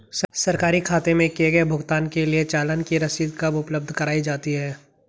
सरकारी खाते में किए गए भुगतान के लिए चालान की रसीद कब उपलब्ध कराईं जाती हैं?